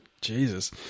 Jesus